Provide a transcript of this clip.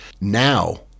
Now